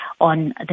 on